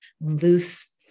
loose